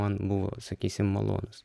man buvo sakysim malonus